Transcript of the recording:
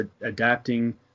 adapting